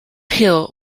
hill